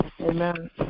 Amen